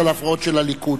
על ההפרעות של הליכוד.